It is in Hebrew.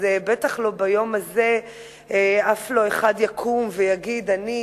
אז בטח ביום הזה אף לא אחד יקום ויגיד: אני